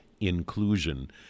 inclusion